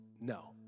no